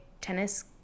tennis